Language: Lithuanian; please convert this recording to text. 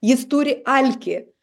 jis turi alkį